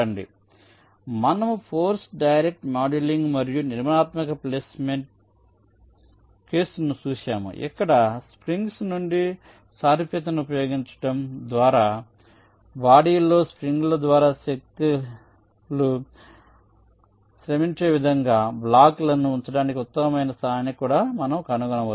కాబట్టి మనము force direct scheduling మరియు నిర్మాణాత్మక ప్లేస్మెంట్ కేసును చూశాము ఇక్కడ స్ప్రింగ్స్ నుండి సారూప్యతను ఉపయోగించడం ద్వారా బాడీలో స్ప్రింగ్ల ద్వారా శక్తులు శ్రమించే విధంగా బ్లాక్లను ఉంచడానికి ఉత్తమమైన స్థానాన్ని కూడా మనము కనుగొనవచ్చు